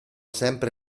sempre